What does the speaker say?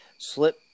Slip